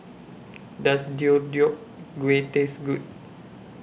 Does Deodeok Gui Taste Good